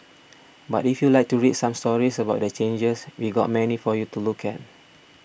but if you'd like to read some stories about the changes we've got many for you to look at